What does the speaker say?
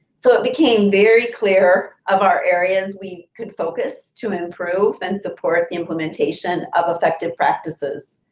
so, it became very clear of our areas we could focus to improve and support the implementation of effective practices.